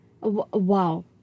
Wow